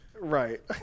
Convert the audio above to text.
Right